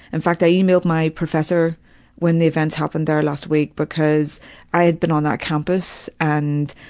in fact, i emailed my professor when the events happened there last week because i had been on that campus, and,